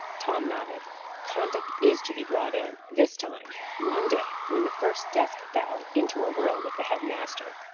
tom nodded conduct is to be brought in, this time. one day, when the first desk fell into a row with the head-master,